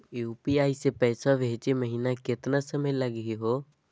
UPI स पैसवा भेजै महिना केतना समय लगही हो?